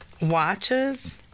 watches